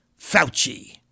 Fauci